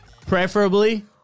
Preferably